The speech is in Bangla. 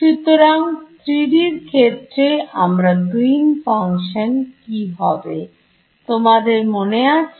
সুতরাং 3D এর ক্ষেত্রে আমার গ্রীন ফাংশন কি হবে তোমাদের মনে আছে